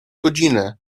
godzinę